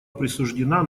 присуждена